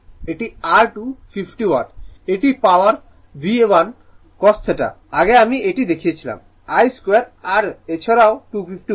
এটি R250 watt এটি power VI cos θ আগে আমি এটি দেখিয়েছিলাম I 2 R এছাড়াও 250 ওয়াট